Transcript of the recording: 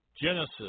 Genesis